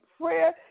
prayer